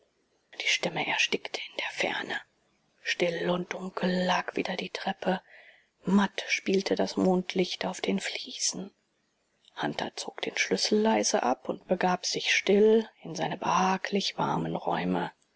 die stimme erstickte in der ferne still und dunkel lag wieder die treppe matt spielte das mondlicht auf den fliesen hunter zog den schlüssel leise ab und begab sich still in seine behaglich warmen räume